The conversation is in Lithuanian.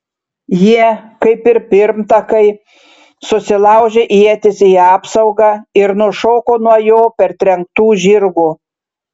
jie kaip ir pirmtakai susilaužė ietis į apsaugą ir nušoko nuo jo partrenktų žirgų